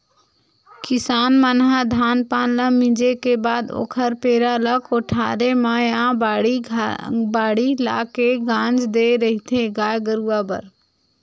किसान मन ह धान पान ल मिंजे के बाद ओखर पेरा ल कोठारे म या बाड़ी लाके के गांज देय रहिथे गाय गरुवा बर